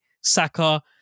Saka